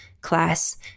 class